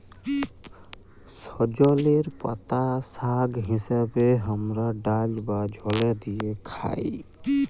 সজলের পাতা শাক হিসেবে হামরা ডাল বা ঝলে দিয়ে খাই